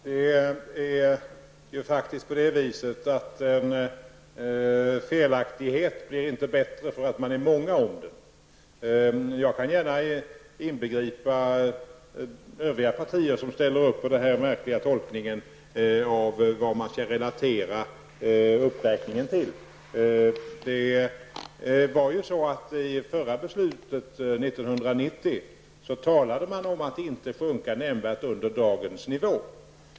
Herr talman! En felaktighet blir inte bättre för att det är många om den. Jag kan gärna inbegripa övriga partier som ställer upp på den här märkliga tolkningen av vad man skall relatera uppräkningen till. I det förra beslutet 1990 talades om att inte nämnvärt sjunka under dagens nivå.